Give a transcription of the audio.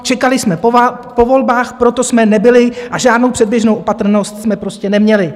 Čekali jsme po volbách, tak proto jsme nebyli a žádnou předběžnou opatrnost jsme prostě neměli.